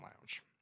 lounge